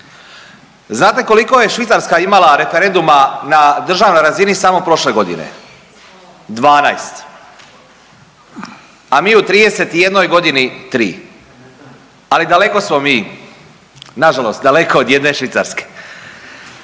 Znate koliko je Švicarska imala referenduma na državnoj razini samo prošle godine? 12, a mi u 31 godini tri. Ali daleko smo mi nažalost daleko od jedne Švicarske.